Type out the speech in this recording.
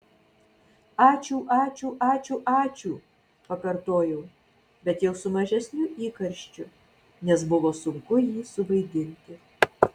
ačiū ačiū ačiū ačiū pakartojau bet jau su mažesniu įkarščiu nes buvo sunku jį suvaidinti